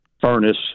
furnace